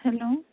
hello